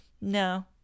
No